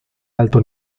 alto